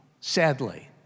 sadly